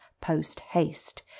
post-haste